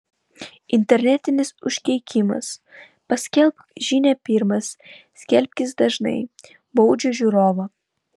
internetinis užkeikimas paskelbk žinią pirmas skelbkis dažnai baudžia žiūrovą